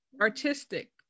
artistic